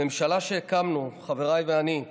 הממשלה שהקמנו, חבריי ואני,